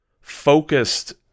focused